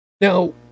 Now